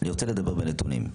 אני רוצה לדבר בנתונים.